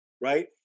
right